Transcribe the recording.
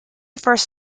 first